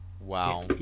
Wow